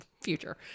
future